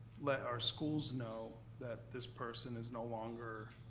let our schools know that this person is no longer.